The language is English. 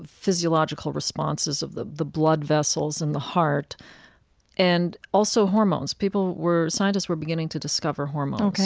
physiological responses of the the blood vessels and the heart and also hormones. people were scientists were beginning to discover hormones.